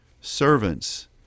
servants